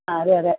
ആ അതേ അതേ